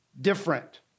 different